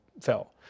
fell